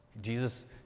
Jesus